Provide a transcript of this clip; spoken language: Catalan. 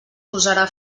posarà